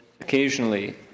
occasionally